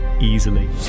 Easily